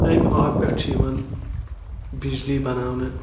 اَمہِ آبہٕ پؠٹھ چھِ یِوان بِجلی بَناونہٕ